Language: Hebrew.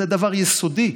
זה דבר יסודי,